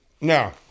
Now